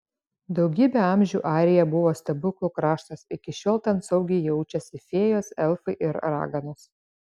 daugybę amžių airija buvo stebuklų kraštas iki šiol ten saugiai jaučiasi fėjos elfai ir raganos